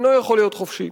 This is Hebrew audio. אינו יכול להיות חופשי.